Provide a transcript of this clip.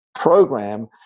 program